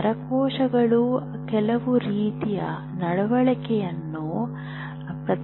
ನರಕೋಶಗಳು ಕೆಲವು ರೀತಿಯ ನಡವಳಿಕೆಯನ್ನು ಪ್ರದರ್ಶಿಸುತ್ತವೆ